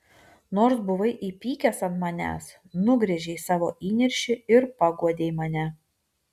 nors buvai įpykęs ant manęs nugręžei savo įniršį ir paguodei mane